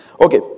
Okay